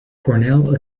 cornell